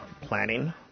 Planning